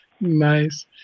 Nice